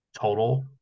total